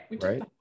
Right